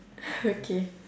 okay